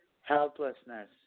Helplessness